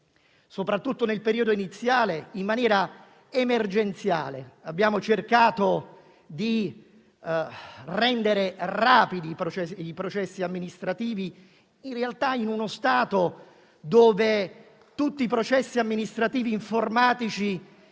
soprattutto nel periodo iniziale, in maniera emergenziale; abbiamo cercato di rendere rapidi i processi amministrativi in un Paese in cui, in realtà, tutti i processi amministrativi informatici